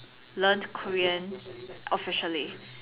learnt Korean officially